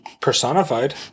personified